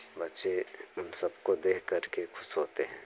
बच्चे उन सब को देखकर के ख़ुश होते हैं